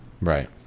Right